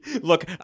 Look